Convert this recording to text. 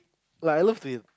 like I loved it